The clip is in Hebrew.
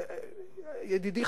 ידידי,